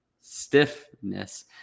stiffness